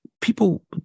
people